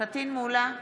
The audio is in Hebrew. פטין מולא,